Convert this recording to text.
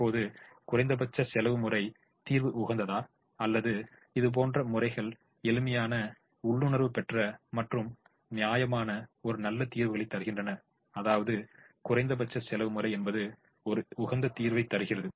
இப்போது குறைந்தபட்ச செலவு முறை தீர்வு உகந்ததா அல்லது இது போன்ற முறைகள் எளிமையான உள்ளுணர்வு பெற்ற மற்றும் நியாயமான ஒரு நல்ல தீர்வுகளைத் தருகின்றன அதாவது குறைந்தபட்ச செலவு முறை என்பது ஒரு உகந்த தீர்வை தருகிறது